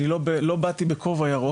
אני לא באתי בכובע ירוק.